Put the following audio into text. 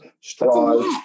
straws